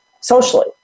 socially